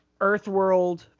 Earthworld